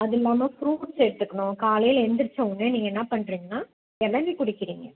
அதில்லாமல் ஃப்ரூட்ஸ் எடுத்துக்கணும் காலையில் எந்திரிச்சவொடனே நீங்கள் என்ன பண்ணுறீங்கனா இளநி குடிக்கிறிங்க